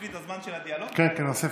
כי הסירו אבטחה?